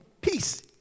Peace